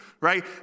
Right